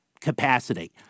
capacity